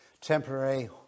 temporary